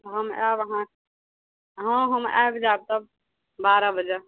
हम आयब अहाँ हँ हम आयब जायब तब बारह बजे